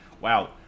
wow